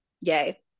yay